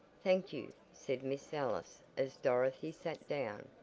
thank you, said miss ellis as dorothy sat down.